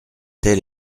tel